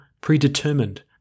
predetermined